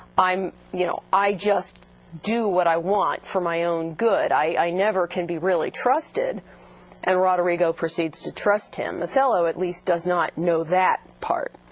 you know i just do what i want for my own good i never can be really trusted and roderigo proceeds to trust him. othello at least does not know that part.